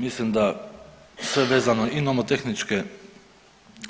Mislim da sve vezano i nomotehničke